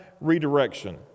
redirection